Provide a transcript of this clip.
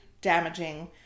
damaging